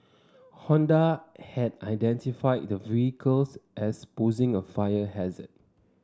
Honda had identified the vehicles as posing a fire hazard